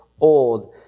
old